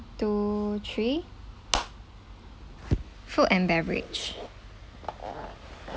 two three food and beverage